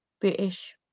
British